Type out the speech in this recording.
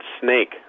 snake